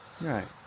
Right